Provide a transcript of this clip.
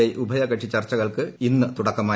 F ഉഭയകക്ഷി ചർച്ചകൾക്ക് ഇന്ന് തുടക്കമായി